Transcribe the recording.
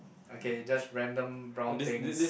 okay just random brown things